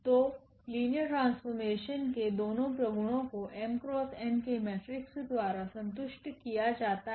तो linear transformation के दोनों प्रगुणों को 𝑚×𝑛 के मेट्रिक्स द्वारा संतुष्ट किया जाता है